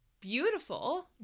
beautiful